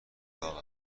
داغ